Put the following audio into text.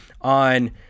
on